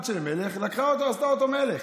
בת של מלך לקחה אותו, עשתה אותו מלך.